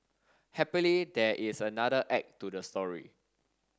happily there is another act to the story